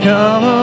Come